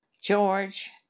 George